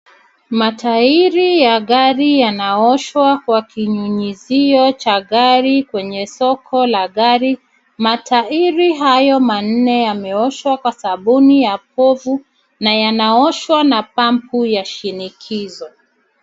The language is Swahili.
Matairi ya gari yanaoshwa kwa kinyunyizio cha gari kwenye soko la gari. Matairi hayo manne yameoshwa kwa sabuni ya povu na yanaoshwa na pampu ya shinikizo.